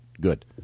good